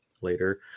later